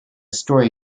story